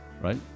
right